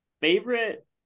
favorite